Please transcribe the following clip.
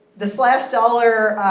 the slash dollar.